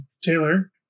Taylor